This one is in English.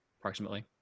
approximately